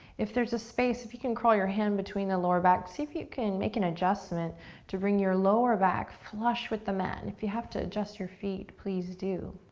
if there's a space, if you can crawl your hand between the lower back, see if you can make an adjustment to bring your lower back flush with the mat. and if you have to adjust your feet, please do.